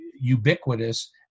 ubiquitous